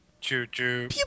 choo-choo